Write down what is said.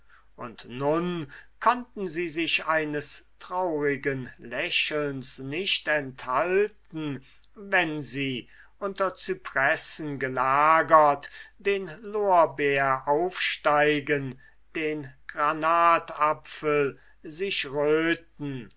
und nun konnten sie sich eines traurigen lächelns nicht enthalten wenn sie unter zypressen gelagert den lorbeer aufsteigen den granatapfel sich röten